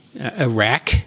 Iraq